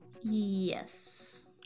Yes